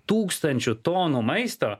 tūkstančių tonų maisto